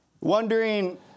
Wondering